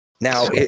Now